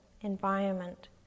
environment